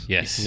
Yes